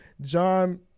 John